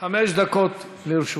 חמש דקות לרשותך.